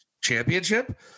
championship